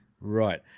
right